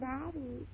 Daddy